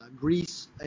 Greece